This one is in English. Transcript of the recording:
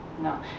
No